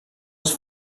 els